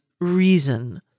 reason